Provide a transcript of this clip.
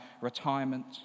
retirement